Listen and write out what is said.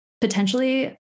potentially